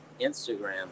Instagram